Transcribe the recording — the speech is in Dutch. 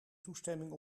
toestemming